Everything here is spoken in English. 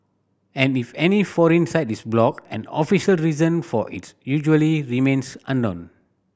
and if any foreign site is blocked an official reason for it usually remains unknown